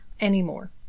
Anymore